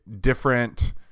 different